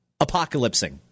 Apocalypsing